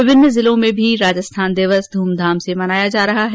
विभिन्न जिलों में भी राजस्थान दिवस ध्रमधाम से मनाया जा रहा है